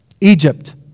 Egypt